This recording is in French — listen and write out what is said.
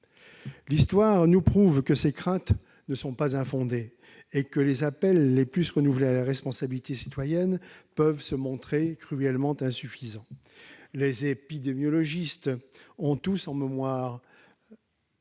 L'histoire nous prouve que ces craintes ne sont pas infondées et que les appels les plus renouvelés à la responsabilité citoyenne peuvent se montrer cruellement insuffisants. Les épidémiologistes ont tous en mémoire